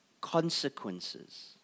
consequences